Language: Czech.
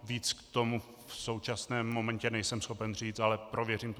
Víc k tomu v současném momentě nejsem schopen říct, ale prověřím situaci.